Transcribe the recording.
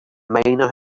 miner